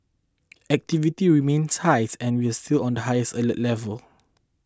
activity remains high and we are still on the highest alert level